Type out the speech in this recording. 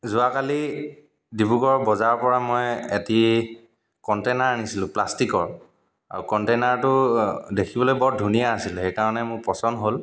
যোৱাকালি ডিব্ৰুগড় বজাৰৰ পৰা মই এটি কণ্টেইনাৰ আনিছিলোঁ প্লাষ্টিকৰ আৰু কণ্টেইনাৰটো দেখিবলৈ বৰ ধুনীয়া আছিল সেইকাৰণে মোৰ পচন্দ হ'ল